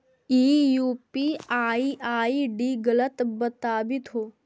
ई UPI ID गलत बताबीत हो